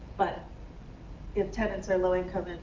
but if tenants are low income,